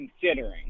considering